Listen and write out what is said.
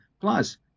Plus